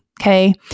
Okay